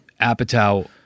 Apatow